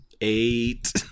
Eight